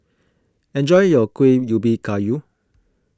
enjoy your Kuih Ubi Kayu